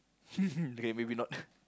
okay maybe not